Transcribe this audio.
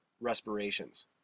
respirations